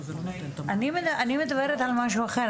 אני מדברת על משהו אחר.